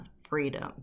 freedom